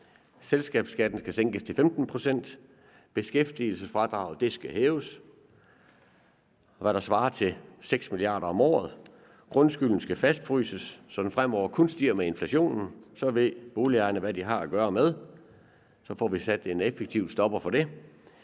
Selskabsskatten skal sænkes til 15 pct. Beskæftigelsesfradraget skal hæves med, hvad der svarer til 6 mia. kr. om året. Grundskylden skal fastfryses, så den fremover kun stiger med inflationen, for så ved boligejerne, hvad de har at gøre med. Så får vi sat en effektiv stopper for det.